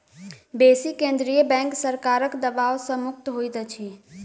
बेसी केंद्रीय बैंक सरकारक दबाव सॅ मुक्त होइत अछि